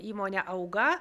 įmonė auga